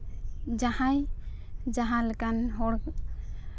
ᱡᱟᱦᱟᱸᱭ ᱡᱟᱦᱟᱸ ᱞᱮᱠᱟᱱ ᱦᱚᱲ